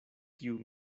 kiu